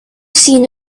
seen